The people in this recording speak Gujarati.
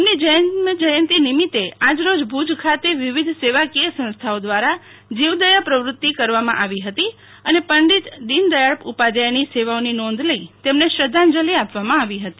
તમનો જન્મ જયંતિ નિમિતે આજ રોજ ભુજ ખાતે વિવિધ સેવાકીય સંસ્થાઓ દ્વારા જીવદયા પ્રવુતિ કરવામાં આવી હતી અને પંડિત દીનદયાલ ઉપાધ્યાયની સેવાઓની નોધ લઇ તેમને શ્રધાંજલિ આપવામાં આવી હતી